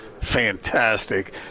fantastic